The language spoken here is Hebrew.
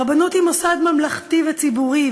הרבנות היא מוסד ממלכתי וציבורי,